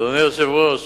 אדוני היושב-ראש,